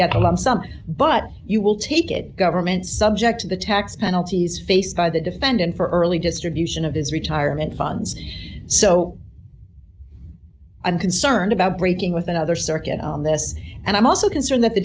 get a lump sum but you will take it government subject to the tax penalties faced by the defendant for early distribution of his retirement funds so i'm concerned about breaking with another circuit on this d and i'm also concerned that the